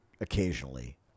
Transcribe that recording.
occasionally